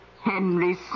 Henry